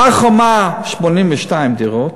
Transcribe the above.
הר-חומה, 82 דירות.